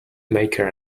maker